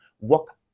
walk